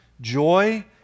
joy